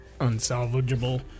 unsalvageable